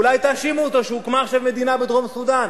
אולי תאשימו אותו שהוקמה עכשיו מדינה בדרום-סודן.